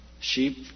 Sheep